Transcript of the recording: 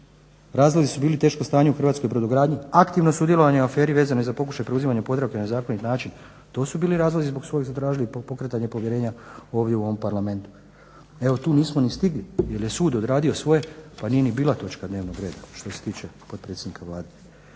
Razlozi su bili teško stanje u hrvatskoj brodogradnji, aktivno sudjelovanje u aferi vezanoj za pokušaj preuzimanja Podravke na nezakonit način. To su bili razlozi zbog kojih smo zatražili pokretanje povjerenja ovdje u ovom Parlamentu. Evo tu nismo ni stigli, jer je sud odradio svoje, pa nije ni bila točka dnevnog reda što se tiče potpredsjednika Vlade.